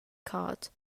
card